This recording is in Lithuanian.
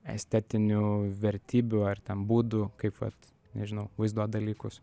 estetinių vertybių ar ten būdų kaip vat nežinau vaizduot dalykus